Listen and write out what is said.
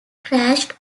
crashed